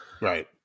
Right